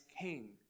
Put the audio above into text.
king